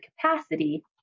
capacity